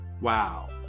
Wow